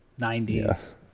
90s